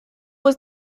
was